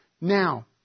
now